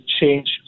change